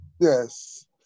yes